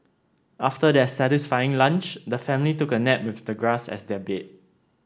after their satisfying lunch the family took a nap with the grass as their bed